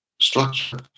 structure